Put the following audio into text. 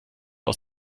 aus